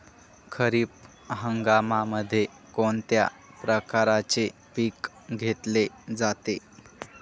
खरीप हंगामामध्ये कोणत्या प्रकारचे पीक घेतले जाते?